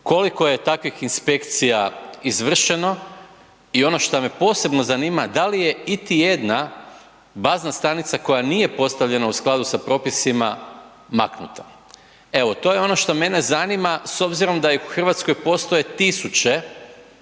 Koliko je takvih inspekcija izvršeno? I ono šta me posebno zanima, da li je iti jedna bazna stanica koja nije postavljena u skladu sa propisima maknuta? Evo to je ono šta mene zanima s obzirom da ih u Hrvatskoj postoji